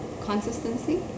consistency